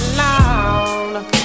long